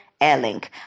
Airlink